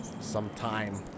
sometime